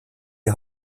die